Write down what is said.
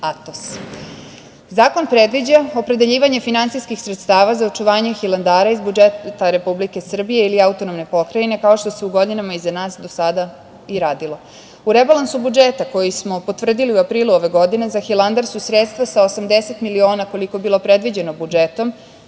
Atos. Zakon predviđa opredeljivanje finansijskih sredstava za očuvanje Hilandara iz budžeta Republike Srbije ili autonomne pokrajine, kao što se u godinama iza nas do sada i radilo.U rebalansu budžeta koji smo potvrdili u aprilu ove godine, za Hilandar su sredstva sa 80 miliona, koliko je bilo predviđeno budžetom,